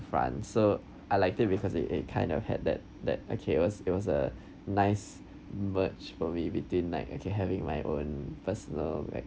france so I like it because it kind of had that that a chaos it was a nice merge for me in between like okay having my own personal like